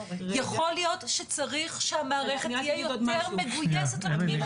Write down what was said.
אבל יכול להיות שצריך שהמערכת תהיה יותר מגויסת לזה.